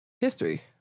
history